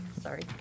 sorry